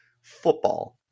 football